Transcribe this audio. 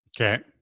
Okay